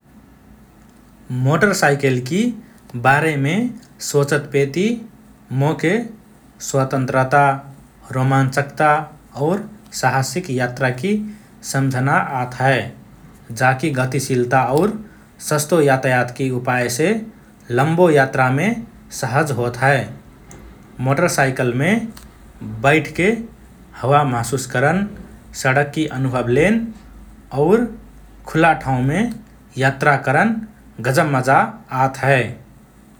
मोटरसाइकलकि बारेमे सोचतपेति मोके स्वतन्त्रता, रोमञ्चकता और साहसिक यात्राकि सम्झना आत हए । जाकि गतिशीलता और सस्तो यातायातकि उपायसे लम्बो यात्रामे सहज होत हए । मोटरसाइकलमे बैठके हवा महसुस करन, सडककि अनुभव लेन और खुला ठांवमे यात्रा करन गजब मजा आत हए ।